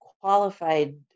qualified